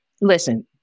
Listen